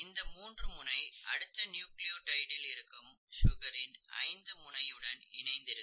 இந்த மூன்று முனை அடுத்த நியூக்ளியோடைடில் இருக்கும் சுகரின் ஐந்து முனையுடன் இணைந்து இருக்கும்